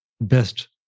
best